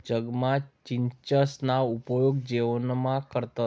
जगमा चीचसना उपेग जेवणमा करतंस